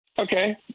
Okay